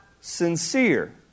sincere